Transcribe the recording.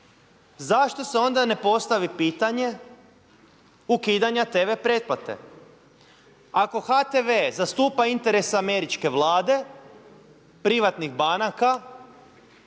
zašto se onda ne postavi pitanje ukidanja tv pretplate? Ako HTV zastupa interese američke vlade, privatnih banaka